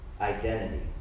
identity